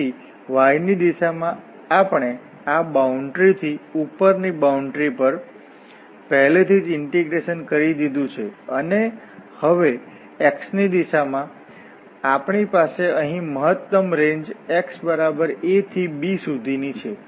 તેથી y ની દિશામાં આપણે આ બાઉન્ડરી થી ઉપરની બાઉન્ડરી પર પહેલેથી જ ઇન્ટીગ્રેશન કરી દીધું છે અને હવે x ની દિશામાં આપણી પાસે અહીં મહત્તમ રેન્જ x a થી b સુધીની છે